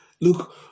Look